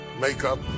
makeup